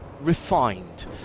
refined